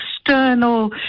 external